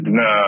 no